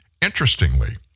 Interestingly